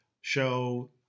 show